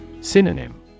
Synonym